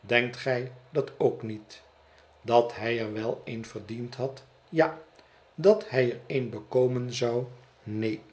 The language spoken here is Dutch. denkt gij dat ook niet dat hij er wel een verdiend had ja dat hij er een bekomen zou neen